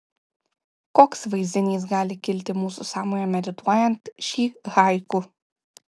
koks vaizdinys gali kilti mūsų sąmonėje medituojant šį haiku